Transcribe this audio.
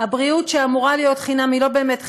הבריאות שאמורה להיות חינם היא לא באמת חינם,